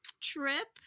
trip